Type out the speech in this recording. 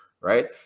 right